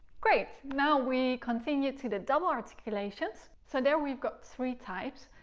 great! now we continue to the double articulations. so there we've got three types.